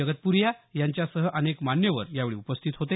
जगत्प्रीया यांच्यासह अनेक मान्यवर यावेळी उपस्थित होते